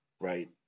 right